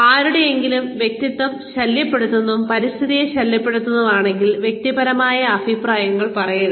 ആരുടെയെങ്കിലും വ്യക്തിത്വം ശല്യപെടുത്തുന്നതും പരിസ്ഥിതിയെ ശല്യപെടുത്തുന്നില്ലങ്കിൽ വ്യക്തിപരമായ അഭിപ്രായങ്ങൾ പറയരുത്